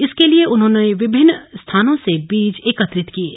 इसके लिए उन्होंने विभिन्न स्थानों से बीज एकत्रित किये